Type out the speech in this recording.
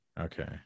Okay